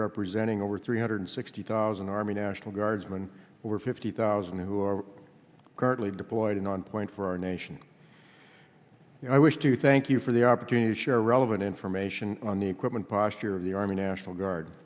representing over three hundred sixty thousand army national guardsmen over fifty thousand who are currently deployed and on point for our nation i wish to thank you for the opportunity to share relevant information on the equipment posture of the army national guard